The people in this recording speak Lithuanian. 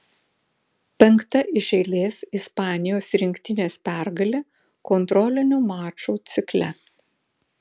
penkta iš eilės ispanijos rinktinės pergalė kontrolinių mačų cikle